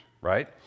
right